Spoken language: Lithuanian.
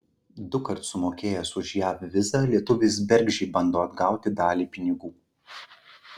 dukart sumokėjęs už jav vizą lietuvis bergždžiai bando atgauti dalį pinigų